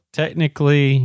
technically